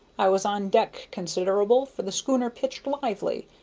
i was on deck consider'ble, for the schooner pitched lively,